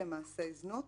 למעשי זנות,